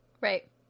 Right